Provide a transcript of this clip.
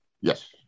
Yes